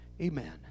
Amen